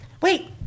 Wait